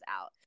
out